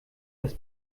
das